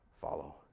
follow